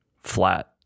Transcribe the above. flat